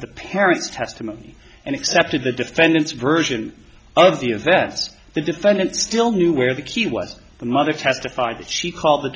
the parents testimony and accepted the defendant's version of the events the defendant still knew where the key was the mother testified that she called the